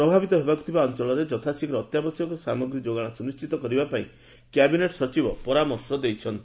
ପ୍ରଭାବିତ ହେବାକୁ ଥିବା ଅଞ୍ଚଳରେ ଯଥାଶୀଘ୍ର ଅତ୍ୟାବଶ୍ୟକ ସାମଗ୍ରୀ ଯୋଗାଣ ସୁନିଣ୍ଟିତ କରିବା ପାଇଁ କ୍ୟାବିନେଟ୍ ସଚିବ ପରାମର୍ଶ ଦେଇଛନ୍ତି